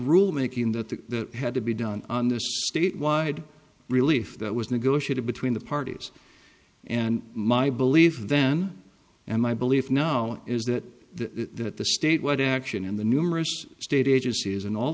rulemaking that had to be done on this statewide relief that was negotiated between the parties and my believed then and my belief now is that the state what action in the numerous state agencies and all